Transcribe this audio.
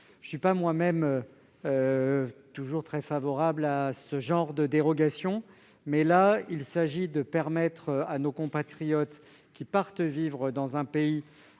Je ne suis pas toujours très favorable à ce type de dérogation, mais il s'agit de permettre à nos compatriotes qui partent vivre dans un pays